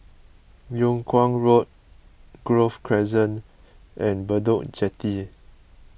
Yung Kuang Road Grove Crescent and Bedok Jetty